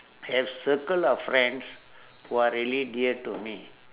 have circle of friends who are really dear to me